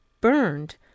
burned